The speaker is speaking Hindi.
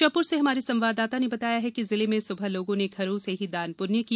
श्योपुर से हमारे संवाददाता ने बताया है कि जिले में सुबह लोगों ने घरो से ही दान पुण्य किया